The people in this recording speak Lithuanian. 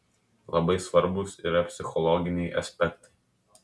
labai svarbūs yra psichologiniai aspektai